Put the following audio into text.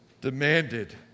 demanded